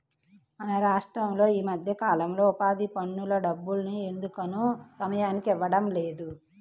మన రాష్టంలో ఈ మధ్యకాలంలో ఉపాధి పనుల డబ్బుల్ని ఎందుకనో సమయానికి ఇవ్వడం లేదు